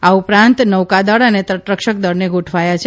આ ઉપરાંત નૌકાદળ અને તટરક્ષક દળને ગોઠવાયા છે